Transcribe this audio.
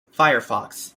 firefox